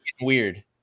weird